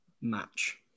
match